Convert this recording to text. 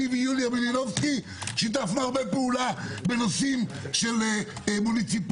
אני ויוליה מלינובסקי שיתפנו פעולה רבות בנושאים של מוניציפלי.